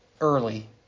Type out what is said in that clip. early